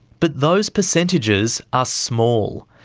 but those percentages are small.